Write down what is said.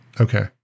Okay